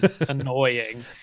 annoying